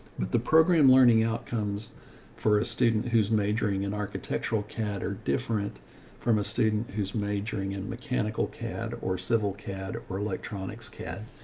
but the program learning outcomes for a student who's majoring in architectural cad are different from a student who's majoring in and mechanical cad or civil cad or clectronics cad.